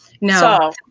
no